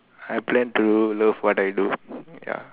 I plan to love what I do ya